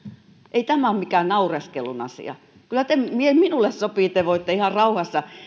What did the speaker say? ei tämä ole mikään naureskelun asia kyllä minulle sopii te voitte ihan rauhassa